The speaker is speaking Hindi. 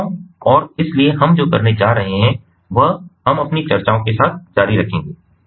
उपभोक्ताओं और इसलिए हम जो करने जा रहे हैं वह हम अपनी चर्चाओं के साथ जारी रखेंगे